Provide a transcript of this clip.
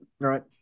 right